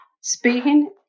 speaking